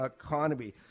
economy